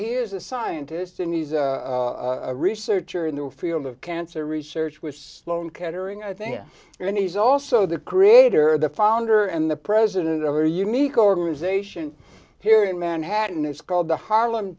here is a scientist and he's a researcher in the field of cancer research which sloan kettering i think many he's also the creator the founder and the president of are unique organization here in manhattan it's called the harlem